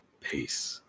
Peace